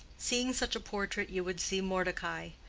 seeing such a portrait you would see mordecai.